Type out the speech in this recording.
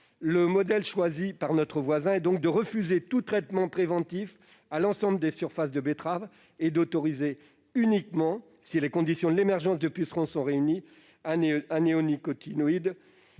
Le modèle choisi par notre voisin repose donc sur le refus de tout traitement préventif de l'ensemble des surfaces de betteraves et sur l'autorisation- uniquement si les conditions de l'émergence de pucerons sont réunies -de